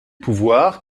pouvoir